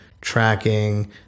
tracking